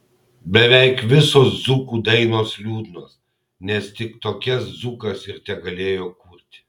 beveik visos dzūkų dainos liūdnos nes tik tokias dzūkas ir tegalėjo kurti